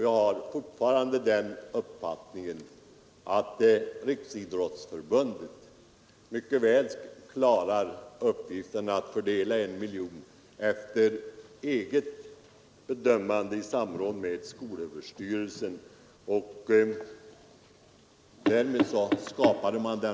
Jag har fortfarande den uppfattningen att Riksidrottsförbundet mycket väl klarar uppgiften att rättvist fördela en miljon kronor efter eget bedömande och i samråd med skolöverstyrelsen.